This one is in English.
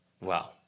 Wow